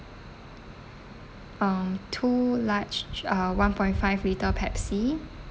um two large uh one point five litre pepsi